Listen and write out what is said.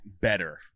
better